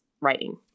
writing